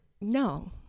No